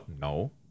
No